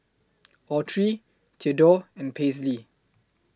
Autry Theadore and Paisley